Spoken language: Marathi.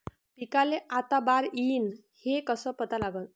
पिकाले आता बार येईन हे कसं पता लागन?